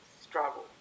struggle